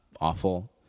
awful